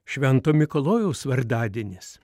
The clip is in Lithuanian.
švento mikalojaus vardadienis